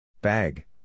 Bag